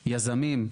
יזמים,